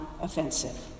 offensive